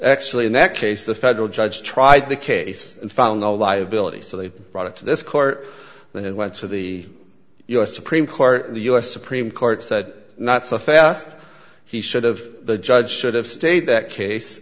actually in that case the federal judge tried the case and found no liability so they brought it to this court then went to the u s supreme court the u s supreme court said not so fast he should've the judge should have stayed that case